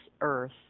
earth